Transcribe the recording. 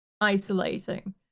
isolating